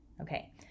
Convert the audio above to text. Okay